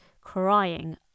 crying